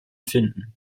finden